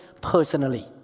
personally